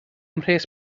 mhres